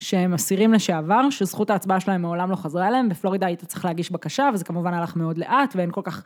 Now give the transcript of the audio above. שהם אסירים לשעבר, שזכות ההצבעה שלהם מעולם לא חזרה אליהם, בפלורידה היית צריכה להגיש בקשה, וזה כמובן הלך מאוד לאט ואין כל כך...